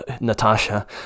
Natasha